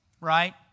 right